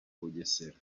bugesera